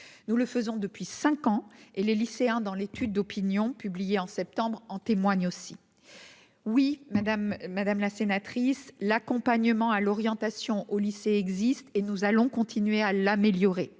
nous le faisons depuis 5 ans et les lycéens dans l'étude d'opinion publiée en septembre, en témoignent aussi, oui madame, madame la sénatrice l'accompagnement à l'orientation au lycée existe et nous allons continuer à l'améliorer,